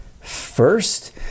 first